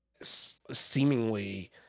seemingly